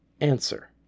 Answer